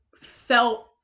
felt